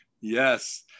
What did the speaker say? yes